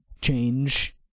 change